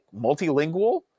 multilingual